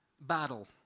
battle